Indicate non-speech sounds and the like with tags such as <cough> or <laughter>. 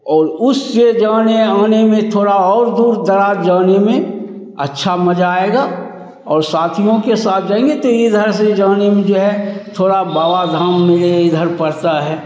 और उस जाने आने में थोड़ा और दूर दराज़ जाने में अच्छा मज़ा आएगा और साथियों के साथ जाएंगे तो इधर से जाने में जो है थोड़ा बाबा धाम <unintelligible> इधर पड़ता है